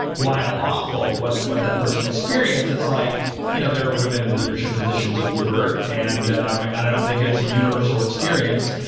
while awful what what that person experienced, it's like you know there are women in leadership positions at uber, and um and i don't think ah it's a universal experience.